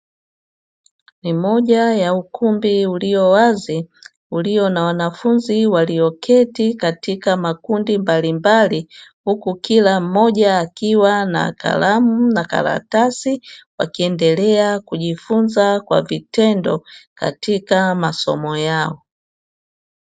Ni moja ya ukumbi ulio wazi, ulio na wanafunzi walioketi katika makundi mbalimbali huku kila mmoja akiwa na kalamu na karatasi, wakiendelea kujifunza kwa vitendo katika masomo yao.